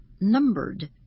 numbered